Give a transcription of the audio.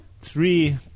three